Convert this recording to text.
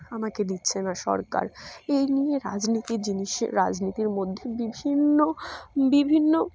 আমাকে দিচ্ছে না সরকার এই নিয়ে রাজনীতির জিনিস রাজনীতির মধ্যে বিভিন্ন বিভিন্ন